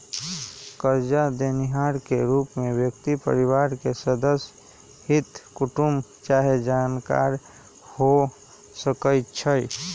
करजा देनिहार के रूप में व्यक्ति परिवार के सदस्य, हित कुटूम चाहे जानकार हो सकइ छइ